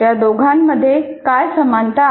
त्या दोघांमध्ये काय समानता आहे